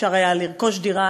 אפשר היה לרכוש דירה,